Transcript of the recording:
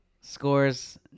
scores